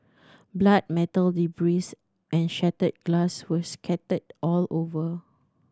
blood metal debris and shattered glass were scattered all over